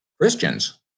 Christians